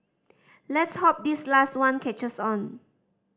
let's hope this last one catches on